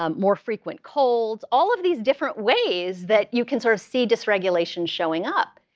um more frequent colds, all of these different ways that you can sort of see dysregulation showing up.